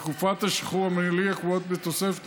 את תקופות השחרור המינהלי הקבועות בתוספת.